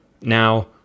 Now